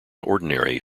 ordinary